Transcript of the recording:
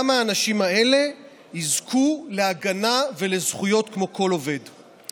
גם האנשים האלה יזכו להגנה ולזכויות כמו כל עובד.